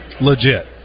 legit